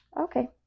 okay